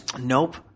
Nope